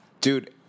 Dude